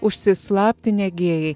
užsislaptinę gėjai